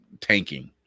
tanking